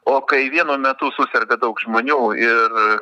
o kai vienu metu suserga daug žmonių ir